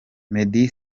meddy